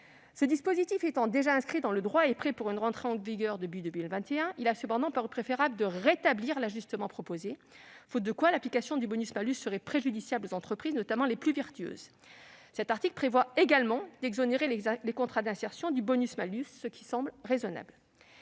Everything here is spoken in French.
Ce dispositif étant déjà inscrit dans le droit et étant prêt pour une entrée en vigueur au début de l'année 2021, il a cependant paru préférable de rétablir l'ajustement proposé, faute de quoi l'application du bonus-malus serait préjudiciable aux entreprises, notamment les plus vertueuses. Cet article prévoit également d'exonérer les contrats d'insertion du bonus-malus, ce qui semble raisonnable.